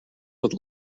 would